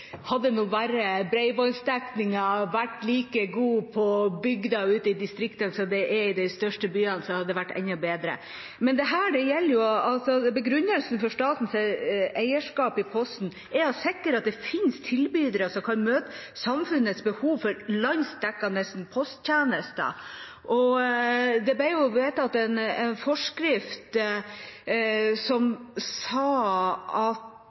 Hadde bare bredbåndsdekningen vært like god på bygda og ute i distriktene som den er i de største byene, hadde det vært enda bedre. Begrunnelsen for statens eierskap i Posten er å sikre at det finnes tilbydere som kan møte samfunnets behov for landsdekkende posttjenester. Det ble vedtatt en forskrift som sa at